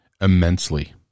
immensely